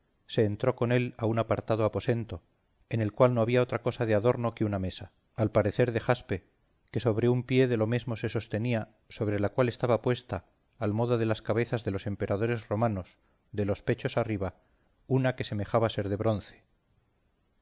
se entró con él en un apartado aposento en el cual no había otra cosa de adorno que una mesa al parecer de jaspe que sobre un pie de lo mesmo se sostenía sobre la cual estaba puesta al modo de las cabezas de los emperadores romanos de los pechos arriba una que semejaba ser de bronce